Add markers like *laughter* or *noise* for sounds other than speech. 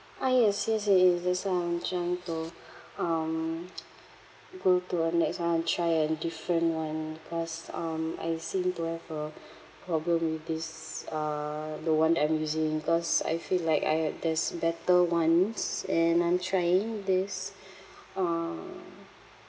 ah yes yes it is that's why I'm trying to um *noise* go to a next one and try a different one cause um I seem to have a problem with this uh the one that I'm using cause I feel like I had there's better ones and I'm trying this uh